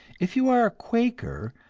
if you are a quaker,